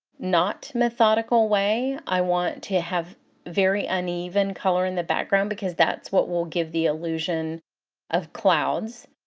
not methodical way. i want to have very uneven color in the background because that's what will give the illusion of clouds.